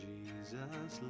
Jesus